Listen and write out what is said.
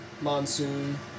Monsoon